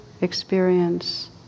experience